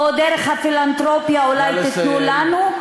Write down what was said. או דרך הפילנתרופיה אולי תיתנו לנו?